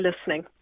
listening